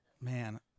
Man